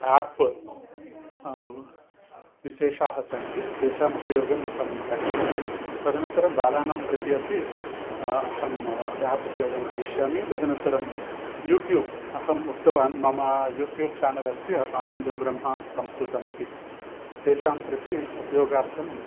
app विशेषाः सन्ति तेषाम् उपयोगम् अहं करिष्यामि तदनन्तरं बालानां प्रति अपि अहं आप् उपयोगं करिष्यामि तदनन्तरं यूट्यूब् अहम् उक्तवान् मम यूट्यूब् चानल् अस्ति आनन्दो ब्रह्म संस्कृतम् इति तेषां प्रति उपयोगार्थं